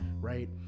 Right